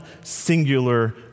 singular